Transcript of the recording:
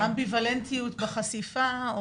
אמביוולנטיות בחשיפה,